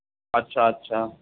अछा अछा